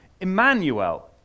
Emmanuel